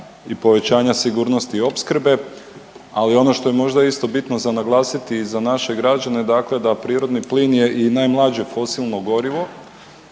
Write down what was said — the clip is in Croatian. i povećanja sigurnosti i opskrbe, ali ono što je možda isto bitno za naglasiti za naše građane dakle da prirodni plin je i najmlađe fosilno gorivo,